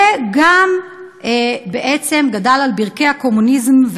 וגם גדל על ברכי הקומוניזם,